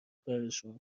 کارشون